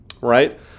right